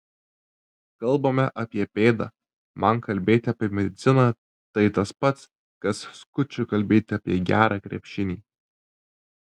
kalbame apie pėdą man kalbėti apie mediciną tai tas pats kas skučui kalbėti apie gerą krepšinį